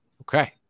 Okay